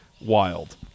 wild